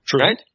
Right